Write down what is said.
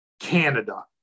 Canada